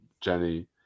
Jenny